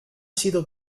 sido